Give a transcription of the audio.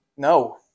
No